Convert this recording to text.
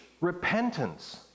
repentance